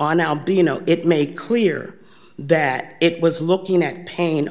on now be you know it make clear that it was looking at pain